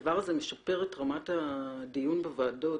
הדבר הזה משפר את רמת הדיון בוועדות